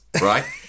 right